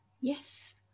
yes